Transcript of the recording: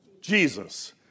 Jesus